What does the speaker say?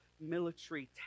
military